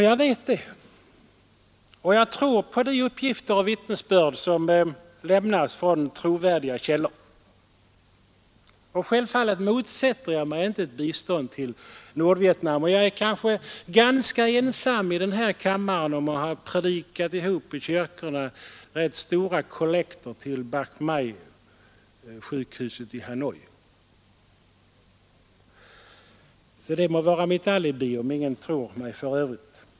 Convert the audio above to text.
Jag vet det, och jag litar på de uppgifter och vittnesbörd som lämnas från trovärdiga källor. Självfallet motsätter jag mig inte ett bistånd till Nordvietnam, och jag är kanske ganska ensam i den här kammaren om att i kyrkan ha predikat ihop rätt stora kollekter till Bach Mai-sjukhuset i Hanoi. Det må vara mitt alibi, om någon betvivlar mitt engagemang i saken.